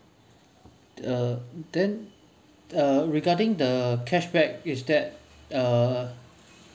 uh then uh regarding the cashback is that uh